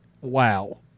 wow